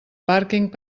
pàrquing